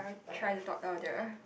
try to dot down there